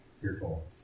fearful